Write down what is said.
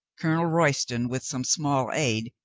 colonel royston, with some small aid,